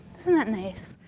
isn't that nice?